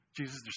Jesus